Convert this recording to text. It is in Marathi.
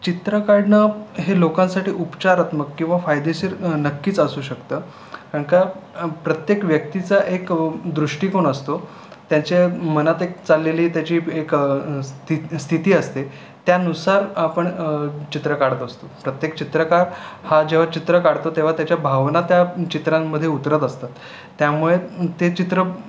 चित्र काढणं हे लोकांसाठी उपचारात्मक किंवा फायदेशीर नक्कीच असू शकतं कारण का प्रत्येक व्यक्तीचा एक दृष्टिकोन असतो त्याच्या मनात एक चाललेली त्याची एक स्थि स्थिती असते त्यानुसार आपण चित्र काढत असतो प्रत्येक चित्रकार हा जेव्हा चित्र काढतो तेव्हा त्याच्या भावना त्या चित्रांमध्ये उतरत असतात त्यामुळे ते चित्र